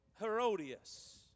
Herodias